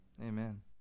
Amen